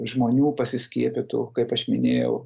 žmonių pasiskiepytų kaip aš minėjau